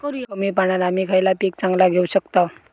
कमी पाण्यात आम्ही खयला पीक चांगला घेव शकताव?